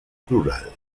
plural